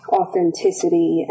authenticity